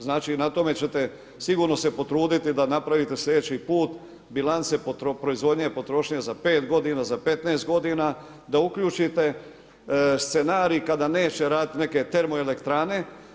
Znači, na tome ćete sigurno se potruditi da napravite slijedeći put bilance proizvodnje i potrošnje za 5 godina, za 15 godina, da uključite scenarij kada neće raditi neke termoelektrane.